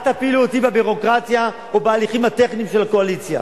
אל תפילו אותי בביורוקרטיה או בהליכים הטכניים של הקואליציה.